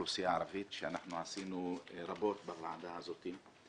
האוכלוסייה הערבית שאנחנו עשינו רבות בוועדה הזאת.